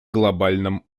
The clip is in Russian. глобальном